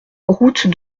route